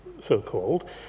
so-called